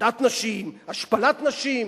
הפרדת נשים, השפלת נשים.